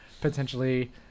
potentially